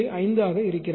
5 ஆக இருக்கிறது